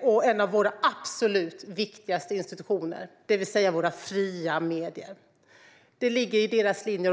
och en av våra absolut viktigaste institutioner, det vill säga våra fria medier. Det ligger i deras linje.